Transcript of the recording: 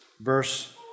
verse